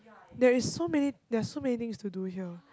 there is so many there are so many things to do here